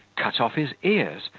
cut off his ears,